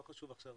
לא חשוב עכשיו